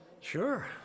Sure